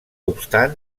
obstant